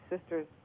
sister's